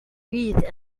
breathed